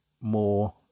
more